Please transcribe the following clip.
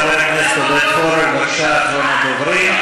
חבר הכנסת עודד פורר, בבקשה, אחרון הדוברים.